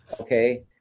okay